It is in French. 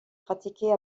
pratiquée